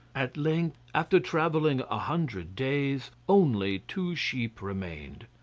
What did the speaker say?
at length, after travelling a hundred days, only two sheep remained.